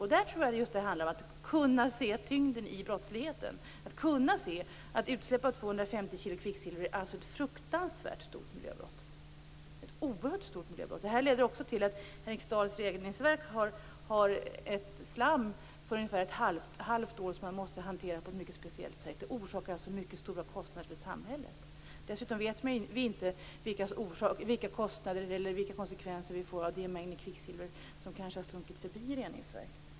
Jag tror att det handlar om att just kunna se tyngden i brottsligheten, att se att utsläpp av 250 kg kvicksilver är ett fruktansvärt stort miljöbrott, ett oerhört stort miljöbrott. Det här leder också till att Henriksdals Reningsverk har slam för ungefär ett halvt år som man måste hantera på ett mycket speciellt sätt. Det orsakar mycket stora kostnader för samhället. Dessutom vet vi inte vilka konsekvenser det blir av de mängder kvicksilver som kanske har slunkit förbi reningsverket.